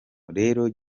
rero